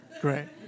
Great